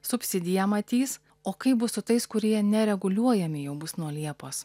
subsidiją matys o kaip bus su tais kurie nereguliuojami jau bus nuo liepos